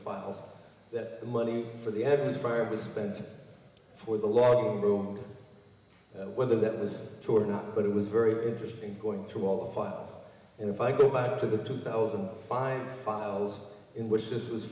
files that money for the evidence prior to spend for the long room whether that was true or not but it was very interesting going through all the files and if i go back to the two thousand find files in which this was